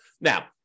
Now